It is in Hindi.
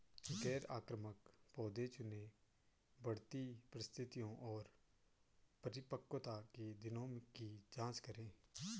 गैर आक्रामक पौधे चुनें, बढ़ती परिस्थितियों और परिपक्वता के दिनों की जाँच करें